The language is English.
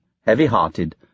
heavy-hearted